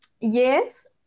Yes